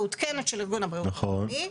מעודכנת של ארגון הבריאות העולמי.